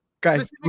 Guys